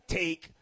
take